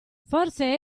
forse